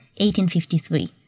1853